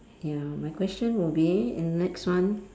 ya my question would be in next one